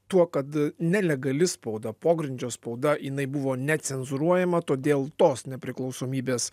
tuo kad nelegali spauda pogrindžio spauda jinai buvo necenzūruojama todėl tos nepriklausomybės